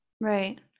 Right